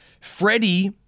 Freddie